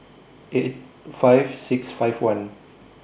eight five six five one